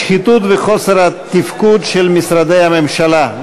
שחיתות וחוסר תפקוד של משרדי הממשלה,